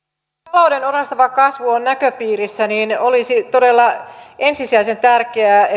talouden orastava kasvu on näköpiirissä niin olisi todella ensisijaisen tärkeää